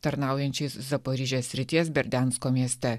tarnaujančiais zaporižės srities berdiansko mieste